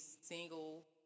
single